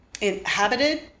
inhabited